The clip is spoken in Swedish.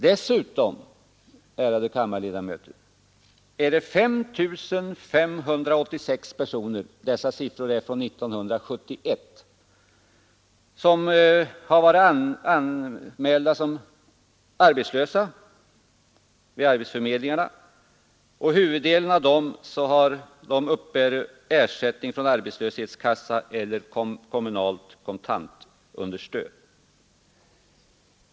Dessutom finns det 5 586 personer — dessa siffror är från 1971 — som har varit anmälda som arbetslösa vid arbetsförmedlingarna, och huvuddelen av dem uppbär ersättning från arbetslöshetskassa eller kommunalt kontantunderstöd.